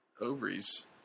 ovaries